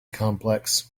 complex